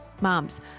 Moms